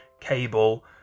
cable